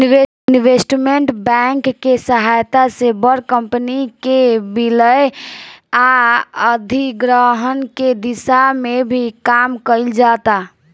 investment bank के सहायता से बड़ कंपनी के विलय आ अधिग्रहण के दिशा में भी काम कईल जाता